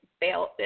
bail